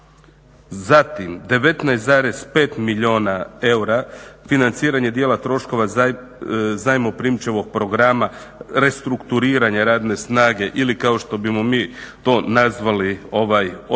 zatim 19,5 milijuna eura financiranje dijela troškova zajmoprimčevog programa restrukturiranja radne snage ili kao što bismo mi to nazvali otpremninama